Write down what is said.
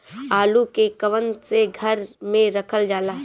आलू के कवन से घर मे रखल जाला?